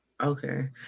okay